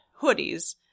hoodies